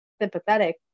sympathetic